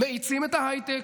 מאיצים את ההייטק.